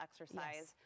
exercise